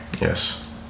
Yes